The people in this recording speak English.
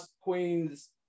queen's